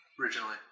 originally